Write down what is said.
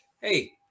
hey